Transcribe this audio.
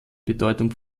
bedeutung